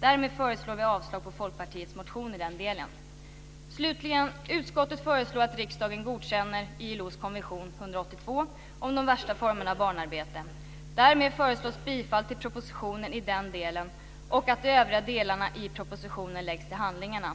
Därmed föreslår vi avslag på Utskottet föreslår slutligen att riksdagen godkänner ILO:s konvention 182 om de värsta formerna av barnarbete. Därmed föreslås bifall till propositionen i den delen och att de övriga delarna i propositionen läggs till handlingarna.